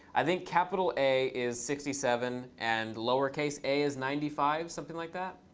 i think capital a is sixty seven, and lowercase a is ninety five. something like that.